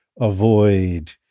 avoid